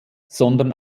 sondern